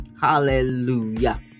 Hallelujah